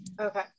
Okay